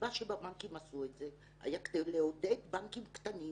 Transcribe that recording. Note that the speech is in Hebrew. הסיבה שבבנקים עשו את זה היתה כדי לעודד בנקים קטנים